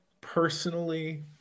personally